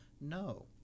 no